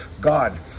God